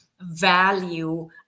value